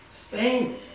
Spain